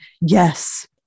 yes